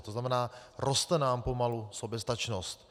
To znamená, roste nám pomalu soběstačnost.